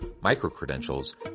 micro-credentials